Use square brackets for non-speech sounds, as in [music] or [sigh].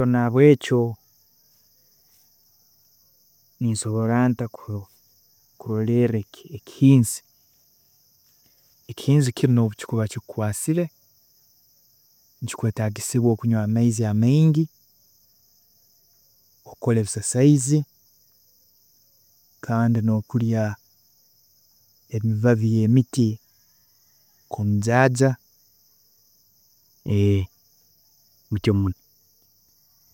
So nahabwekyo ninsobola nta kurolerra ekihinzi? Ekihinzi kinu obu kikuba kikukwaasire, nikikweetagisibwa okunywa amaizi amaingi, okukora ebisasaizi kandi nokurya ebibabi byemiti nkomujaaja, [hesitation] [unintelligible]